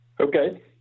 Okay